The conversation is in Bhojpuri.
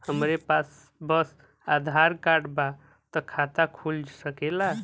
हमरे पास बस आधार कार्ड बा त खाता खुल सकेला?